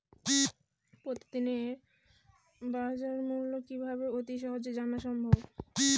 প্রতিদিনের বাজারমূল্য কিভাবে অতি সহজেই জানা সম্ভব?